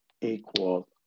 equal